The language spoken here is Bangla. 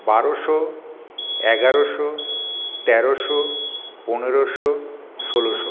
বারোশো এগারোশো তেরোশো পনেরোশো ষোলোশো